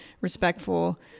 respectful